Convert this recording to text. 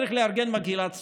צריך לארגן מקהלת סטודנטים.